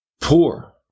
poor